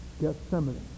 Gethsemane